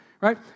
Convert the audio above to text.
Right